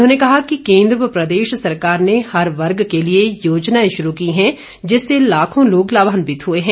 उन्होंने कहा कि केंद्र व प्रदेश सरकार ने हर वर्ग के लिए योजनाएं शुरू की हैं जिससे लाखों लोग लाभान्वित हुए हैं